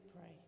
pray